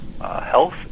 health